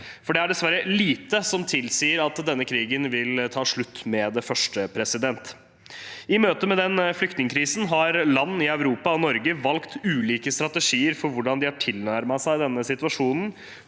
for det er dessverre lite som tilsier at denne krigen vil ta slutt med det første. I møte med denne flyktningkrisen har land i Europa og Norge valgt ulike strategier for hvordan de har tilnærmet seg denne situasjonen